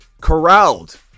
corralled